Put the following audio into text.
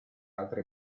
altre